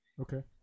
okay